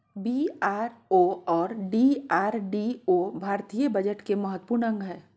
BRO और DRDO भारतीय budget के महत्वपूर्ण अंग हय